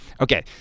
Okay